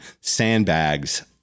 sandbags